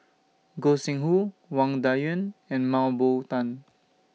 Gog Sing Hooi Wang Dayuan and Mah Bow Tan